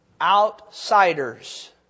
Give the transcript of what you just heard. outsiders